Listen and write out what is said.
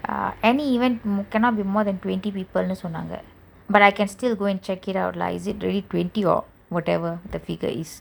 uh any even cannot be more than twenty people ன்னு சொன்னாங்க:nu sonnanga but I can still go and check it out lah whether is it really twenty or whatever the figure is